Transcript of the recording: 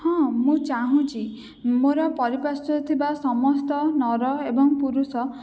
ହଁ ମୁଁ ଚାହୁଁଛି ମୋର ପରିପାର୍ଶ୍ଵରେ ଥିବା ସମସ୍ତ ନର ଏବଂ ପୁରୁଷ